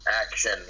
action